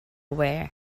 wear